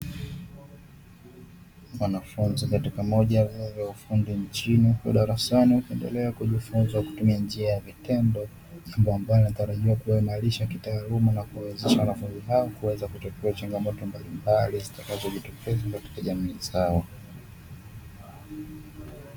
Wanafunzi katika moja ya vyuo vya ufundi nchini wako darasani wakiendelea kujifunza kutumia njia ya vitendo, ambayo yanatarajiwa kuwaimarisha kitaaluma na kuwawezesha wanafunzi hao, kuweza kutokea changamoto mbalimbali zitakazojitokeza katika jamii zao.